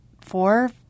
Four